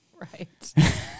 Right